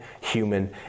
human